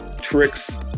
tricks